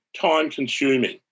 time-consuming